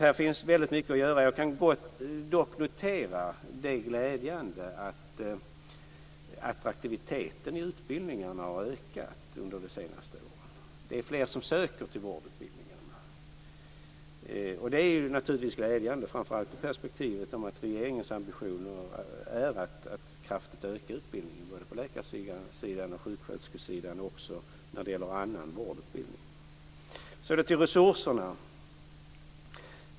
Här finns väldigt mycket att göra. Det är dock glädjande att attraktiviteten i utbildningarna har ökat under de senaste åren. Det är fler som söker till vårdutbildningarna. Det är naturligtvis glädjande, framför allt ur det perspektivet att regeringens ambition är att kraftigt öka utbildningen både på läkarsidan och sjuksköterskesidan, och även när det gäller annan vårdutbildning. Låt mig gå över till resurserna.